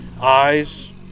eyes